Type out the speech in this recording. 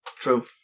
True